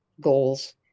goals